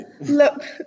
look